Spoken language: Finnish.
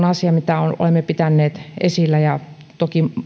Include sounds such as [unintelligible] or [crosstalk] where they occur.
[unintelligible] asia mitä olemme pitäneet esillä ja toki